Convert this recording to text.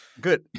Good